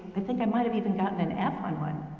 i think i might've even gotten an f on one.